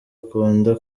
akunda